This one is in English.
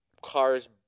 car's